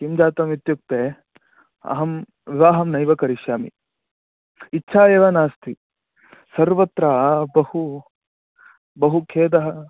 किं जातम् इत्युक्ते अहं विवाहं नैव करिष्यामि इच्छा एव नास्ति सर्वत्र बहु बहु खेदः